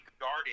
guarded